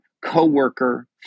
coworker